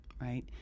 right